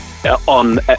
on